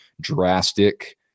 drastic